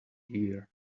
year